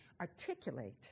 articulate